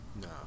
No